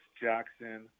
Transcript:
Jackson